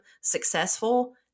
successful